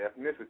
ethnicity